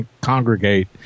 congregate